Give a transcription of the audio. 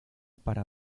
para